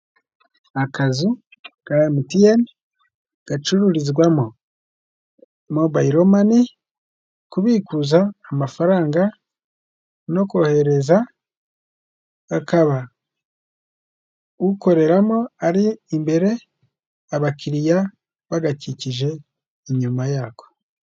Akazu ka emutiyene gacururizwamo mobiromani, kubikuza amafaranga no kohereza, akaba ukoreramo ari imbere abakiriya bagakikije inyuma yako.